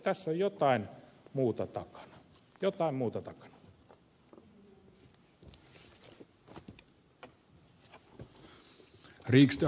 tässä on jotain muuta takana jotain muuta takana